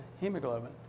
hemoglobin